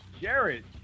Jared